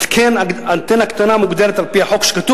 אנטנה קטנה מוגדרת על-פי החוק,